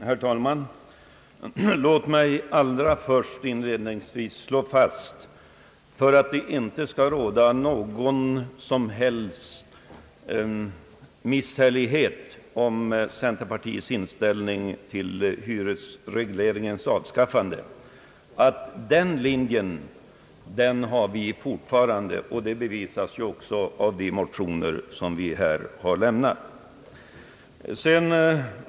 Herr talman! Låt mig inledningsvis, för att det inte skall råda någon som helst missuppfattning om centerpartiets inställning till hyresregleringens avskaffande, slå fast att vi fortfarande har den linjen. Det bevisas ju också av de motioner som vi har avgivit i denna fråga.